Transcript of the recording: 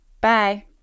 bye